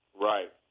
Right